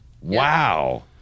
Wow